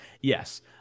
yes